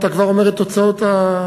אתה כבר אומר את תוצאות ההצבעה?